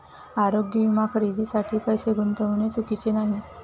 आरोग्य विमा खरेदीसाठी पैसे गुंतविणे चुकीचे नाही